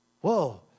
Whoa